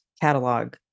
catalog